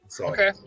Okay